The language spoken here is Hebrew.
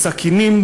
בסכינים,